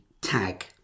tag